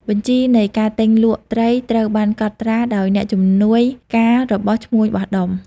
បញ្ជីនៃការទិញលក់ត្រីត្រូវបានកត់ត្រាដោយអ្នកជំនួយការរបស់ឈ្មួញបោះដុំ។